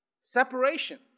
separation